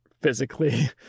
physically